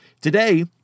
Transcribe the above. Today